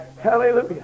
Hallelujah